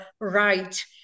right